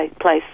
place